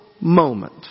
moment